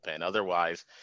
Otherwise